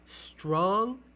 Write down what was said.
Strong